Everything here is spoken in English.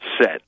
set